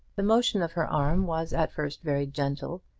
the motion of her arm was at first very gentle,